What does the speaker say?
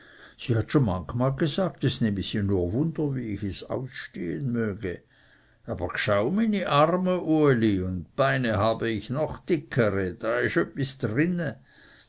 sie hat schon manchmal gesagt es nehme sie nur wunder wie ich es ausstehen möge aber gschau mini arme uli und beine habe ich noch dickere da